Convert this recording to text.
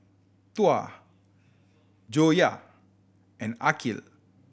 Tuah Joyah and Aqil